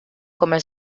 come